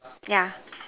yeah